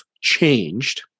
changed